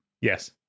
Yes